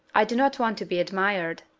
i do not want to be admired,